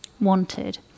wanted